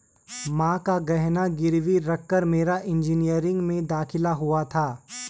मां का गहना गिरवी रखकर मेरा इंजीनियरिंग में दाखिला हुआ था